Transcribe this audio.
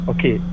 Okay